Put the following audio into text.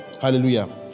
Hallelujah